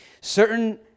Certain